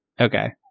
Okay